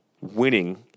winning